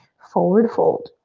forward fold.